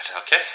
Okay